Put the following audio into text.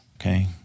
okay